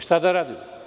Šta da radimo?